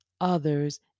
others